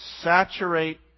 Saturate